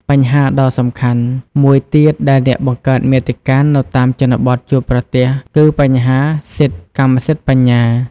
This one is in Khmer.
បញ្ហាដ៏សំខាន់មួយទៀតដែលអ្នកបង្កើតមាតិកានៅតាមជនបទជួបប្រទះគឺ បញ្ហាសិទ្ធិកម្មសិទ្ធិបញ្ញា។